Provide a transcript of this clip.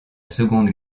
seconde